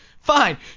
Fine